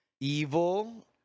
Evil